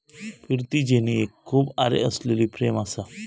फिरती जेनी एक खूप आरे असलेली फ्रेम असा